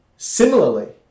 Similarly